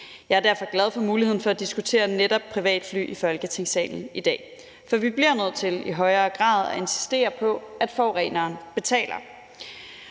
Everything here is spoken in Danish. Jeg er derfor glad for muligheden for at diskutere netop privatfly i Folketingssalen i dag. For vi bliver nødt til i højere grad at insistere på, at forureneren betaler.